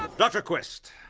ah dr. quest,